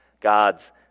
God's